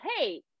Hey